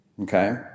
Okay